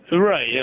Right